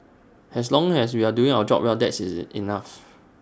as long as we are doing our job well that's is enough